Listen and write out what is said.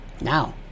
now